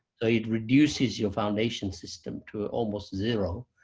so it reduces your foundation system to almost zero,